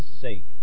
sake